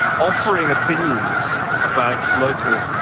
offering opinions about local